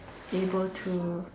able to